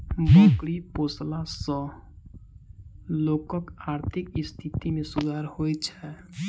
बकरी पोसला सॅ लोकक आर्थिक स्थिति मे सुधार होइत छै